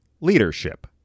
leadership